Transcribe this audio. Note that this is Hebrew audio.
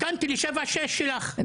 הסכמתי לשבעה-שישה שלך.